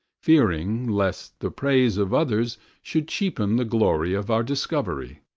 fearing lest the praise of others should cheapen the glory of our discovery.